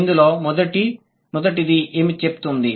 ఇందులో మొదటిది ఏమి చెప్తుంది